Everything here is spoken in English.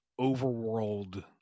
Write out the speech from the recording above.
overworld